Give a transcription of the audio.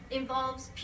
involves